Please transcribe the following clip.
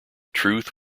truth